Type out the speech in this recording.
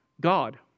God